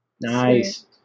nice